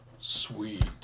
Sweet